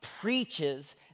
preaches